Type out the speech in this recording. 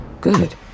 Good